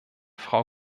frau